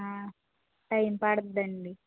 time పడుతుంది అండి